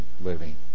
living